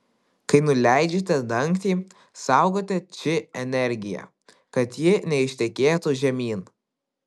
kai nuleidžiate dangtį saugote či energiją kad ji neištekėtų žemyn